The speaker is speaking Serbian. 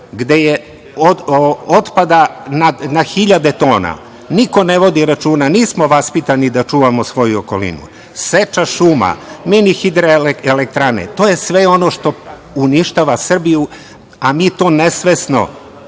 gde je otpada na hiljade tona. Niko ne vodi računa. Nismo vaspitani da čuvamo svoju okolinu. Seča šuma, mini hidroelektrane, to je sve ono što uništava Srbiju, a mi to nesvesno